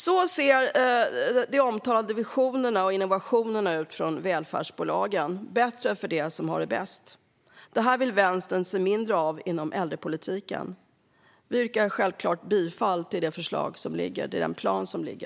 Så ser de omtalade visionerna och innovationerna från välfärdsbolagen ut - bättre för dem som har det bäst. Detta vill Vänstern se mindre av inom äldrepolitiken. Jag yrkar självklart bifall till utskottets förslag och den plan som finns.